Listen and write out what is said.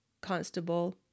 Constable